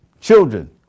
children